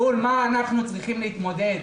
מול מה אנחנו צריכים להתמודד.